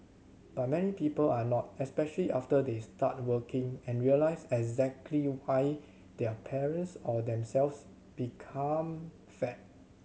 but many people are not especially after they start working and realize exactly why their parents or themselves become fat